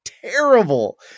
terrible